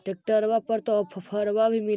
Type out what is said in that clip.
ट्रैक्टरबा पर तो ओफ्फरबा भी मिल होतै?